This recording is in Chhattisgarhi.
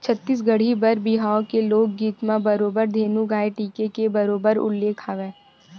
छत्तीसगढ़ी बर बिहाव के लोकगीत म बरोबर धेनु गाय टीके के बरोबर उल्लेख हवय